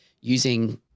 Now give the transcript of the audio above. using